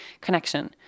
connection